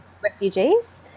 refugees